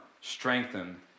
strengthen